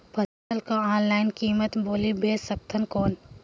फसल कर ऑनलाइन कीमत बोली बेच सकथव कौन?